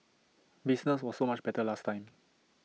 business was so much better last time